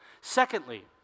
Secondly